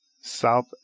South